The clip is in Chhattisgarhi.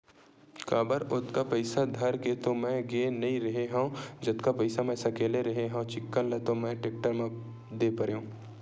काबर ओतका पइसा धर के तो मैय गे नइ रेहे हव जतका पइसा मै सकले रेहे हव चिक्कन ल तो मैय टेक्टर म दे परेंव